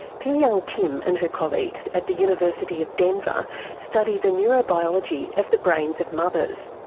pilyoung kim and her colleagues at the university of denver study the neurobiology of the brains of mothers.